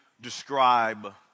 describe